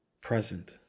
present